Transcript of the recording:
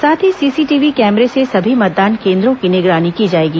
साथ ही सीसीटीवी कैमरे से सभी मतदान केंद्रों की निगरानी की जाएगी